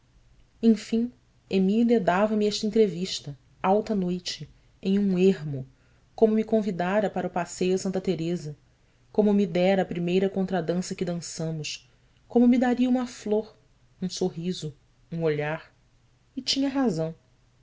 serena enfim emília dava-me esta entrevista alta noite em um ermo como me convidara para o passeio a santa teresa como me dera a primeira contradança que dançamos como me daria uma flor um sorriso um olhar e tinha razão